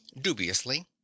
dubiously